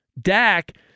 Dak